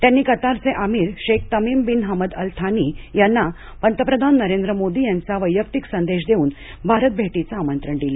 त्यांनी कतारचे Amir Sheikh Tamim bin Hamad Al Thani यांना पंतप्रधान नरेंद्र मोदी यांचा वैयक्तिक संदेश देऊन भारतभेटीचं आमंत्रण दिलं